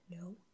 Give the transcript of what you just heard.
No